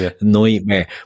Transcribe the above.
nightmare